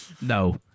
No